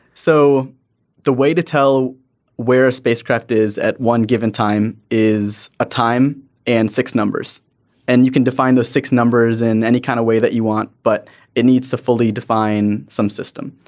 so the way to tell where a spacecraft is at one given time is a time and six numbers and you can define the six numbers in any kind of way that you want but it needs to fully define some system.